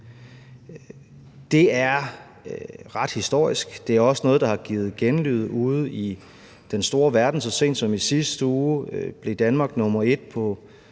Det er ret historisk, og det er også noget, der har givet genlyd ude i den store verden. Så sent som i sidste uge blev Danmark nummer 1 på